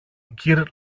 κυρ